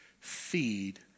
feed